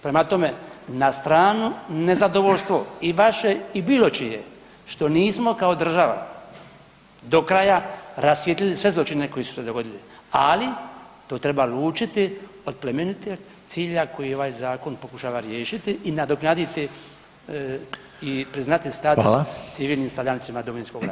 Prema tome, na stranu nezadovoljstvo i vaše i bilo čije što nismo kao država do kraja rasvijetlili sve zločine koji su se dogodili, ali to treba lučiti od plemenitog cilja koji ovaj zakon pokušava riješiti i nadoknaditi i priznati status civilnim stradalnicima Domovinskog rata.